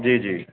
जी जी